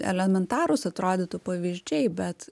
elementarūs atrodytų pavyzdžiai bet